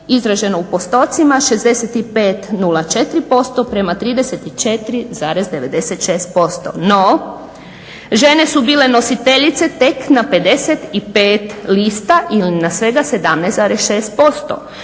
izraženo u postocima 65,04% prema 34,96%. No, žene su bile nositeljice tek na 55 lista ili na svega 17,6%.